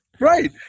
Right